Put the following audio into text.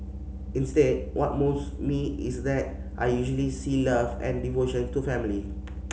instead what moves me is that I usually see love and devotion to family